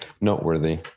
noteworthy